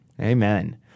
Amen